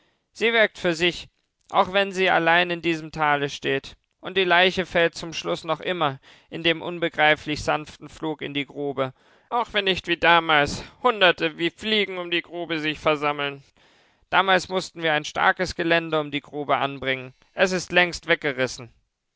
sie wirkt für sich auch wenn sie allein in diesem tal steht und die leiche fällt zum schluß noch immer in dem unbegreiflich sanften flug in die grube auch wenn nicht wie damals hunderte wie fliegen um die grube sich versammeln damals mußten wir ein starkes geländer um die grube anbringen es ist längst weggerissen